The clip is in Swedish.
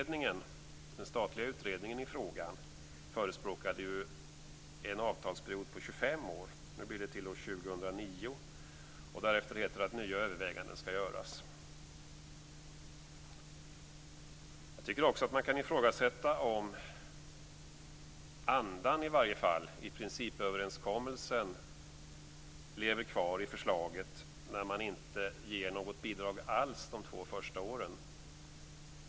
Den statliga utredningen i frågan förespråkade ju en avtalsperiod på 25 år. Nu blir det till år 2009. Därefter heter det att nya överväganden skall göras. Jag tycker också att man kan ifrågasätta om i varje fall andan i principöverenskommelsen lever kvar i förslaget när man inte ger något bidrag alls de två första åren.